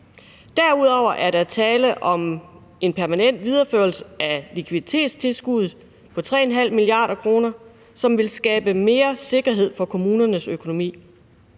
Derudover er der tale om en permanent videreførelse af likviditetstilskuddet på 3,5 mia. kr., som vil skabe mere sikkerhed for kommunernes økonomi.